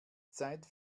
zeit